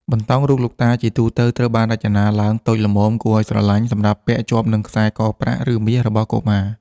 បន្តោងរូបលោកតា ជាទូទៅត្រូវបានរចនាឡើងតូចល្មម គួរឱ្យស្រឡាញ់ សម្រាប់ពាក់ជាប់នឹងខ្សែកប្រាក់ ឬមាសរបស់កុមារ។